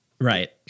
right